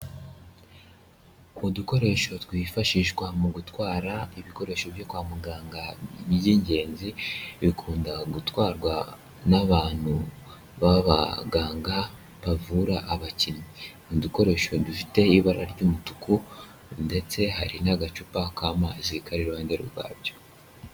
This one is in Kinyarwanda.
Ku dukoresho twifashishwa mu gutwara ibikoresho byo kwa muganga by'ingenzi, bikunda gutwarwa n'abantu b'abaganga bavura abakinnyi, ni udukoresho dufite ibara ry'umutuku, ndetse hari n'agacupa k'amazi kari iruhande rwa byo.